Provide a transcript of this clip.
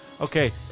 Okay